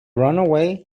runway